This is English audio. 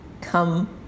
come